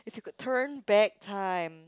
could turn back time